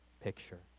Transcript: picture